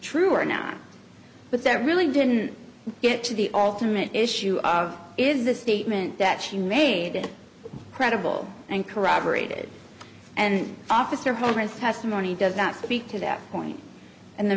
true or not but that really didn't get to the alternate issue is the statement that she made credible and corroborated and officer holmes testimony does not speak to that point and the